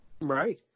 Right